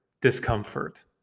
discomfort